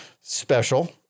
special